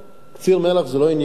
קציר מלח זה לא עניין זול,